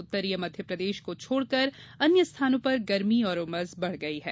उत्तरीय मध्यप्रदेश को छोड़कर अन्य स्थानों पर गर्मी और उमस बढ़ गई है